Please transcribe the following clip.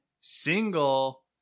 single